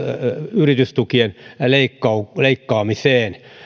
yritystukien leikkaamiseen